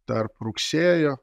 tarp rugsėjo